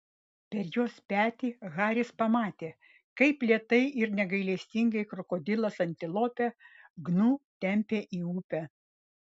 per jos petį haris pamatė kaip lėtai ir negailestingai krokodilas antilopę gnu tempia į upę